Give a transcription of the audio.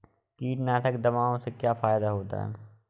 कीटनाशक दवाओं से क्या फायदा होता है?